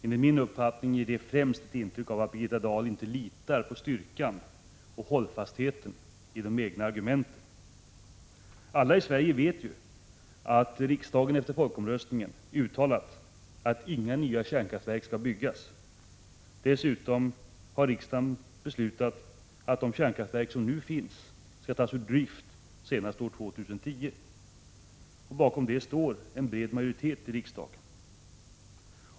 Enligt min uppfattning ger det främst ett intryck av att Birgitta Dahl inte litar på styrkan och hållfastheten i de egna argumenten. Alla i Sverige vet ju att riksdagen efter folkomröstningen uttalat att inga nya kärnkraftverk skall byggas. Dessutom har riksdagen beslutat att de kärnkraftverk som nu finns skall tas ur drift senast år 2010. Bakom detta står en bred majoritet i riksdagen.